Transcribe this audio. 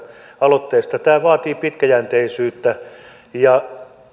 aloitteesta tämä vaatii pitkäjänteisyyttä ja